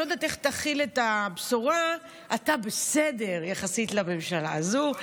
אני לא יודעת איך תכיל את הבשורה: אתה בסדר יחסית לממשלה הזו.